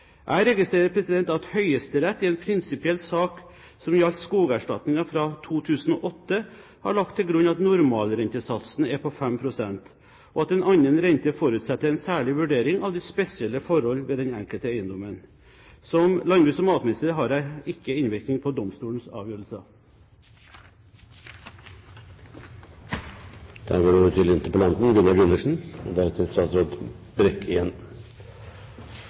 Jeg registrerer at Høyesterett i en prinsipiell sak som gjaldt skogerstatninger fra 2008, har lagt til grunn at normalrentesatsen er på 5 pst., og at en annen rente forutsetter en særlig vurdering av de spesielle forhold ved den enkelte eiendommen. Som landbruks- og matminister har jeg ikke innvirkning på domstolenes avgjørelser. Det synes jeg var et veldig skuffende svar, for man går